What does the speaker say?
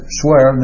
swear